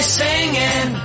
singing